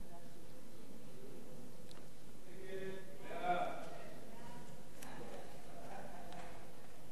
סעיפים 1 30 נתקבלו.